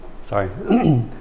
sorry